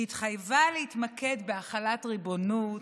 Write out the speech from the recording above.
שהתחייבה להתמקד בהחלת ריבונות,